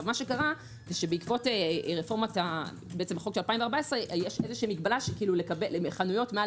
בעקבות החוק של 2014 יש מגבלה שחנויות מעל